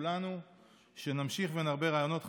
לכולנו שנמשיך ונרבה רעיונות חדשים,